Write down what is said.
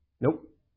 Nope